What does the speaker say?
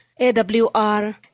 AWR